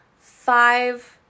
five